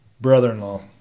brother-in-law